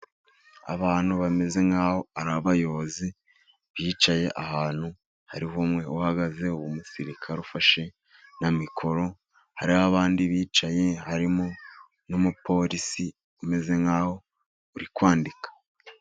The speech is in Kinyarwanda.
Abantu bameze nkaho ar'abayobozi bicaye ahantu, hariho umwe uhagaze w'umusirikare ufashe na mikoro, har'abandi bicaye harimo n'umupolisi umeze nkaho uri kwandika.